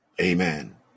Amen